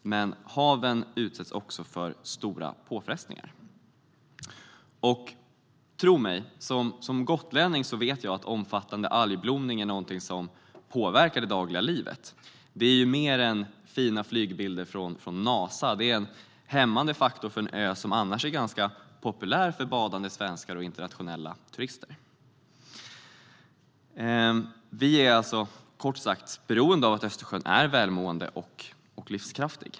Men haven utsätts också för stora påfrestningar. Tro mig - som gotlänning vet jag att omfattande algblomning är något som påverkar det dagliga livet. Det är mer än fina flygbilder från Nasa - det är en hämmande faktor för en ö som annars är ganska populär för badande svenskar och internationella turister. Vi är kort sagt beroende av att Östersjön är välmående och livskraftig.